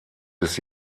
bis